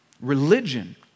Religion